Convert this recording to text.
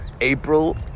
april